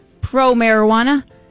pro-marijuana